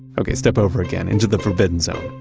okay, step over again into the forbidden zone.